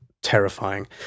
terrifying